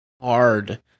hard